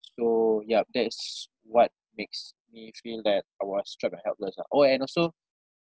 so yup that is what makes me feel that I was trapped and helpless ah orh and also